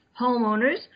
homeowners